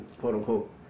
quote-unquote